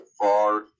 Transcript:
far